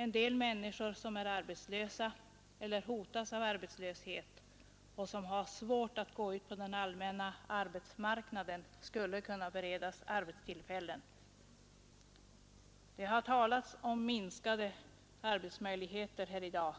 En del människor som är arbetslösa, eller hotas av arbetslöshet, och som har svårt att gå ut på den allmänna arbetsmarknaden, skulle kunna beredas arbetstillfällen. Det har talats om minskade arbetsmöjligheter här i dag.